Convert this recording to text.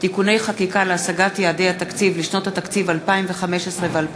(תיקוני חקיקה להשגת יעדי התקציב לשנות התקציב 2015 ו-2016),